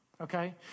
Okay